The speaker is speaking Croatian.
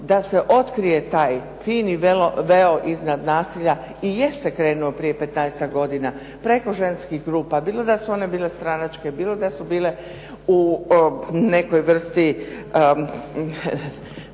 da se otkrije fini veo iznad nasilja i jeste krenuo prije 15-tak godina preko ženskih grupa, bilo da su one bile stranačke, bilo da su bile u nekoj vrsti